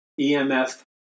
EMF